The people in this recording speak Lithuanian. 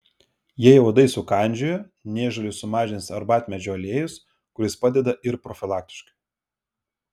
jei uodai sukandžiojo niežulį sumažins arbatmedžio aliejus kuris padeda ir profilaktiškai